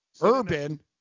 urban